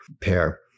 pair